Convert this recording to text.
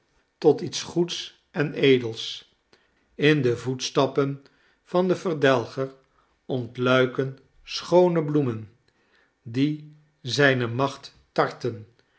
tot iets goeds en edels in de voetstappen van den verdelger ontluiken schoone bloemen die zijne macht tarten